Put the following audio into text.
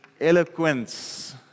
eloquence